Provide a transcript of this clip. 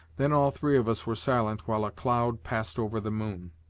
then all three of us were silent while a cloud passed over the moon.